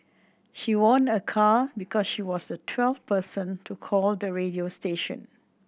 she won a car because she was the twelfth person to call the radio station